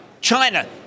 China